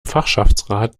fachschaftsrat